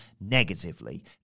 negatively